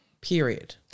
period